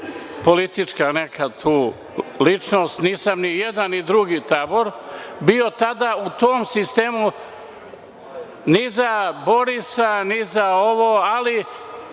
politička neka ličnost, nisam ni jedan, ni drugi tabor bio tada u tom sistemu, nisam bio ni za Borisa, ni za ovo, ali